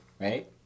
Right